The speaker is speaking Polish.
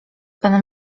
pan